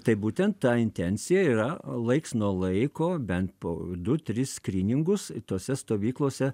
tai būtent ta intencija yra laiks nuo laiko bent po du tris skryningus tose stovyklose